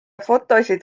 fotosid